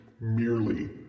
merely